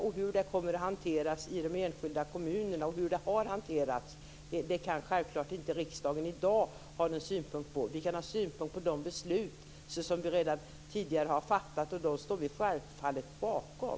Hur hanteringen kommer att ske och har skett i de enskilda kommunerna kan riksdagen självfallet inte i dag ha några synpunkter på. Vi kan ha synpunkter på de beslut som vi redan tidigare har fattat, och dessa står vi självfallet bakom.